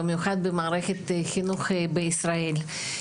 במיוחד במערכת החינוך בישראל.